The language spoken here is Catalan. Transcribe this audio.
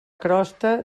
crosta